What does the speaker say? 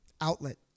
outlet